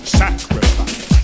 sacrifice